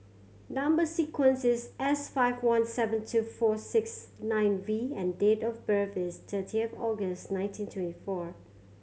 number sequence is S five one seven two four six nine V and date of birth is thirty of August nineteen twenty four